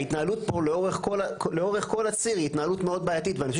ההתנהלות פה לאורך כל הציר היא התנהלות מאוד בעייתית ואני חושב